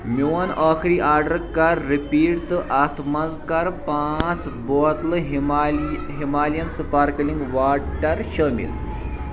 میٛون ٲخری آرڈر کَر رِپیٖٹ تہٕ اَتھ مَنٛز کَر پانٛژھ بوتلہٕ ہِمال ہِمالین سُپارکلِنٛگ واٹر شٲمِل